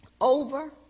over